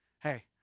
Hey